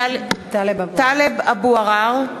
טלב אבו עראר,